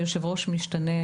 היושב-ראש משתנה